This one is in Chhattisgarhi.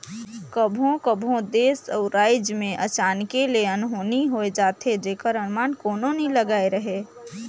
कभों कभों देस अउ राएज में अचानके ले अनहोनी होए जाथे जेकर अनमान कोनो नी लगाए रहें